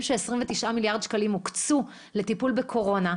שהוקצו 29 מיליארד שקלים לטיפול בקורונה,